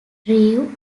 drew